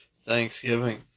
Thanksgiving